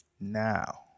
Now